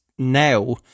Now